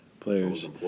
Players